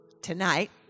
tonight